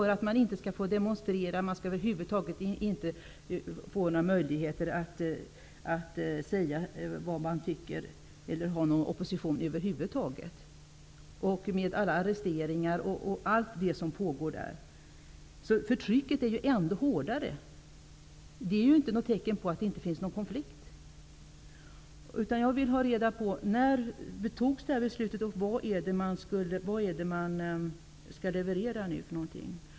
Man får inte demonstrera, det ges ingen möjlighet att säga vad man tycker och man tillåter över huvud taget ingen opposition. Med alla arresteringar och allt som där pågår är förtrycket ändå hårdare. Det finns inget tecken på att någon konflikt inte pågår. Jag vill veta när beslutet togs och vad det är man skall leverera.